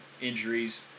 injuries